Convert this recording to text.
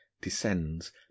descends